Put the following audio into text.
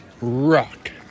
Rock